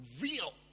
real